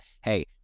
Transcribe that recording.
Hey